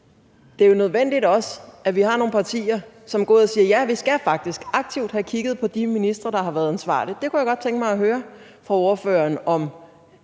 Det er jo også nødvendigt, at vi har nogle partier, som går ud og siger: Ja, vi skal faktisk aktivt have kigget på de ministre, der har været ansvarlige. Det kunne jeg godt tænke mig at høre ordføreren om.